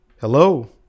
Hello